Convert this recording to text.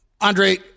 Andre